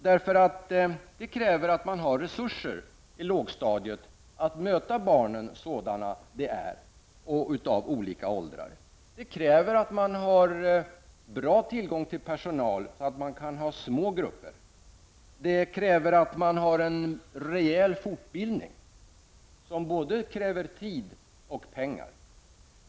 Det kräver att man har resurser på lågstadiet att möta barnen i olika åldrar sådana de är. Det kräver att man har god tillgång till personal så att man kan ha små grupper. Det kräver en rejäl fortbildning, vilket i sin tur kräver både tid och pengar.